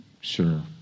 sure